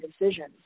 decisions